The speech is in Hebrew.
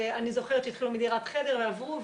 ואני זוכרת שהתחילו מדירת חדר ועברו,